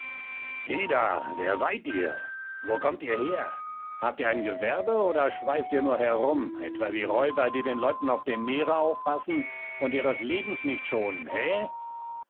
heda wer seid ihr wo kommt ihr her habt ihr ein gewerbe oder schweift ihr nur herum etwa wie räuber die den leuten auf dem meere aufpassen und ihres lebens nicht schonen he